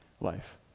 life